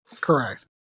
Correct